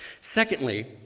Secondly